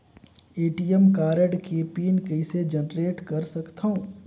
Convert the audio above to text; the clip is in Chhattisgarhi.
ए.टी.एम कारड के पिन कइसे जनरेट कर सकथव?